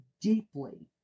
deeply